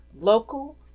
Local